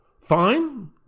fine